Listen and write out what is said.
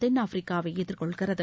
தென்னாப்பிரிக்காவை எதிர்கொள்கிறது